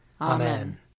Amen